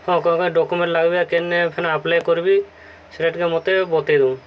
ହଁ କ'ଣ କ'ଣ ଡକ୍ୟୁମେଣ୍ଟ ଲାଗ୍ବା ଆଉ କେନେ ଫେର୍ ଆପ୍ଲାଏ କରିବି ସେଟା ଟିକେ ମୋତେ ବତେଇ ଦେଉନ୍